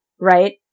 right